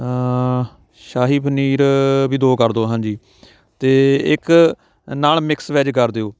ਸਾਹੀ ਪਨੀਰ ਵੀ ਦੋ ਕਰ ਦਿਓ ਹਾਂਜੀ ਅਤੇ ਇੱਕ ਨਾਲ ਮਿਕਸ ਵੈੱਜ ਕਰ ਦਿਓ